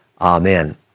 amen